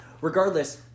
Regardless